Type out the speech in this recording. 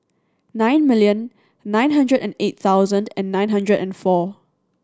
nine million nine hundred and eight thousand and nine hundred and four